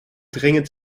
dringend